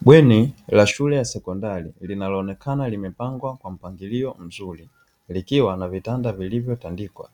Bweni la shule ya sekondari linaloonekana limepangwa kwa mpangilio mzuri, likiwa na vitanda vilivyotandikwa